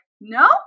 no